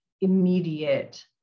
immediate